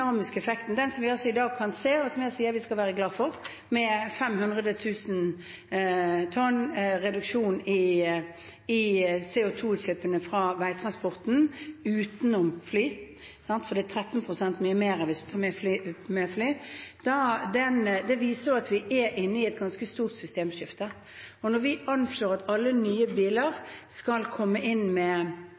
effekten, den som vi altså kan se i dag, og som jeg sier at vi skal være glade for, med 500 000 tonn reduksjon i CO 2 -utslippene fra veitransporten – utenom fly, for det er 13 pst. mer hvis man tar med fly – viser at vi er inne i et ganske stort systemskifte. Og når vi anslår at alle nye biler